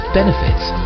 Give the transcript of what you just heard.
benefits